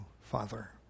Father